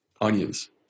Onions